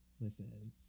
Listen